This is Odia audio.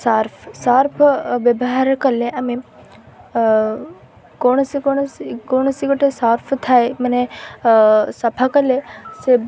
ସର୍ଫ ସର୍ଫ ବ୍ୟବହାର କଲେ ଆମେ କୌଣସି କୌଣସି କୌଣସି ଗୋଟେ ସର୍ଫ ଥାଏ ମାନେ ସଫା କଲେ ସେ